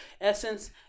Essence